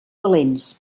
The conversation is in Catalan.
valents